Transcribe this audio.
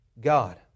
God